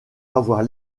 avoir